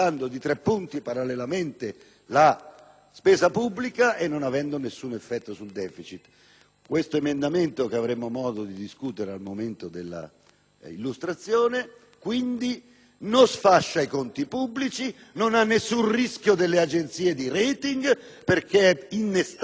spesa pubblica e non avendo alcun effetto sul deficit. Questo emendamento, che avremo modo di discutere al momento dell'illustrazione, quindi non sfascia i conti pubblici, non ha alcun rischio delle agenzie di *rating*, perché è innestato in una condizione di totale